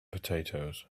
potatoes